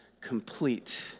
complete